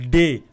day